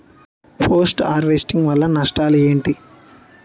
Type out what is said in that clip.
Post harvesting వల్ల నష్టాలు ఏంటి?